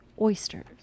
Oysters